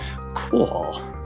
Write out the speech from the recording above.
Cool